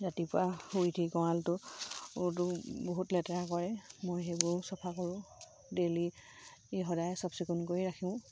ৰাতিপুৱা শুই উঠি গঁৰালটোতো বহুত লেতেৰা কৰে মই সেইবোৰো চফা কৰোঁ ডেইলি ই সদায় চফ চিকুণ কৰি ৰাখোঁ